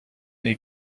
mais